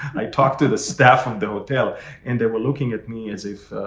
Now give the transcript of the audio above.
i talked to the staff of the hotel and they were looking at me as if,